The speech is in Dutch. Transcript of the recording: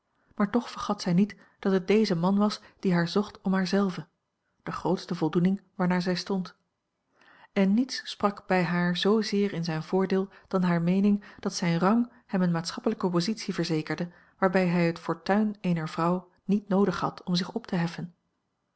maar toch vergat zij niet dat het deze man was die haar zocht om haar zelve de grootste voldoening waarnaar zij stond en niets sprak bij haar zoozeer in zijn voordeel dan hare meening dat zijn rang hem eene maatschappelijke positie verzekerde waarbij hij het fortuin eener vrouw niet noodig had om zich op te heffen